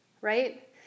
right